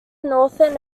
northern